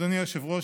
אדוני היושב-ראש,